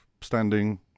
standing